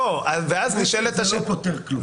האמת שזה לא פותר כלום.